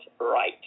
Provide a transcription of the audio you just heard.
right